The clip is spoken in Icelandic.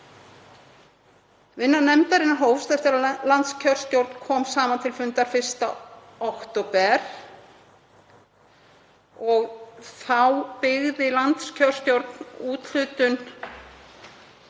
Vinna nefndarinnar hófst eftir að landskjörstjórn kom saman til fundar 1. október og þá byggði landskjörstjórn úthlutun